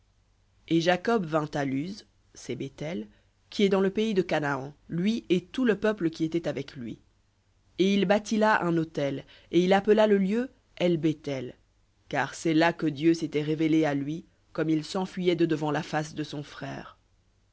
et jacob vint à luz c'est béthel qui est dans le pays de canaan lui et tout le peuple qui était avec lui et il bâtit là un autel et il appela le lieu el béthel car c'est là que dieu s'était révélé à lui comme il s'enfuyait de devant la face de son frère